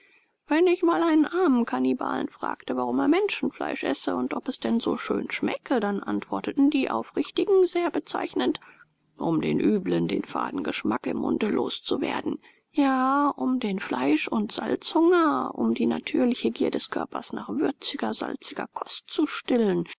wenn ich mal einen armen kannibalen fragte warum er menschenfleisch esse und ob es denn so schön schmecke dann antworteten die aufrichtigen sehr bezeichnend um den üblen den faden geschmack im munde los zu werden ja um den fleisch und salzhunger um die natürliche gier des körpers nach würziger salziger kost zu stillen